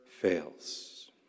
fails